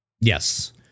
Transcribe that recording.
Yes